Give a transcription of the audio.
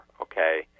okay